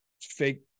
fake